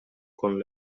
con